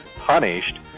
punished